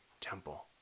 temple